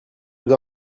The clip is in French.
nous